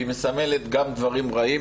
והיא מסמלת גם דברים רעים,